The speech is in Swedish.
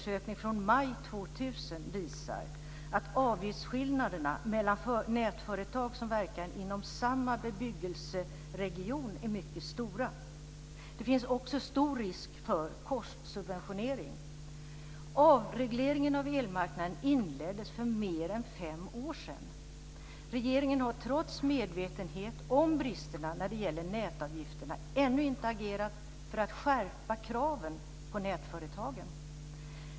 visar att avgiftsskillnaderna mellan nätföretag som verkar inom samma bebyggelseregion är mycket stora. Det finns också stor risk för korssubventionering. Avregleringen av elmarknaden inleddes för mer än fem år sedan. Regeringen har trots medvetenhet om bristerna när det gäller nätavgifterna ännu inte agerat för att skärpa kraven på nätföretagen.